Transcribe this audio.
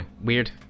weird